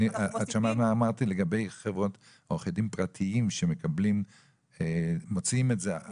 אמרתי לגבי עורכי דין פרטיים שבעלי